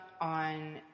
on